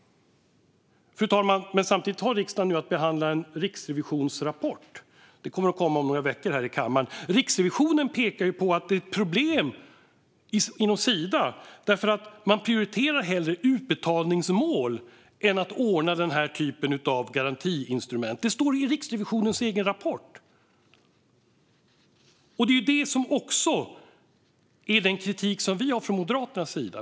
Fru talman! Samtidigt har riksdagen nu att behandla en riksrevisionsrapport. Den kommer att debatteras om några veckor här i kammaren. Riksrevisionen pekar på att det är ett problem inom Sida. Man prioriterar hellre utbetalningsmål än att ordna den här typen av garantiinstrument. Det står i Riksrevisionens egen rapport. Det är också den kritik som vi har från Moderaternas sida.